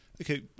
Okay